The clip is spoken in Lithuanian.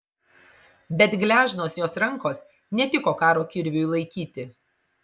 bet gležnos jos rankos netiko karo kirviui laikyti